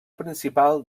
principal